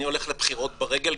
אני הולך לבחירות ברגל,